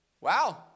wow